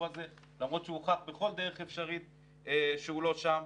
הזה למרות שהוכח בכל דרך אפשרית שהוא לא שם.